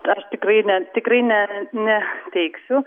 aš tikrai ne tikrai ne neteiksiu